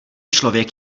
člověk